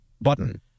button